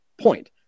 point